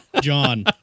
John